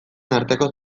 arteko